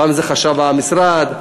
פעם זה חשב המשרד.